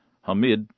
Hamid